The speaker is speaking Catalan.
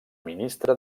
ministre